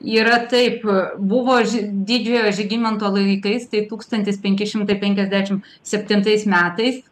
yra taip buvo ži didžiojo žygimanto laikais tai tūkstantis penki šimtai penkiasdešim septintais metais